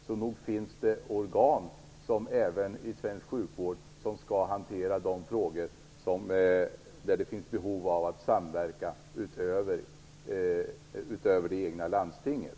Så nog finns det organ även inom svensk sjukvård som skall hantera de frågor där det finns behov av att samverka utöver det egna landstinget.